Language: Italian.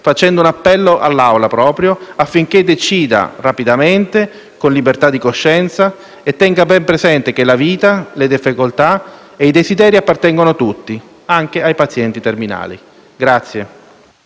facendo un appello affinché si decida rapidamente, con libertà di coscienza, tenendo ben presente che la vita, le difficoltà e i desideri appartengono a tutti, anche ai pazienti terminali.